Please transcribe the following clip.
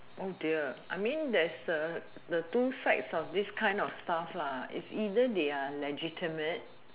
oh dear I mean there's a the two sides of this kind of stuffs lah it's either they are legitimate